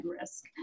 risk